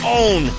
own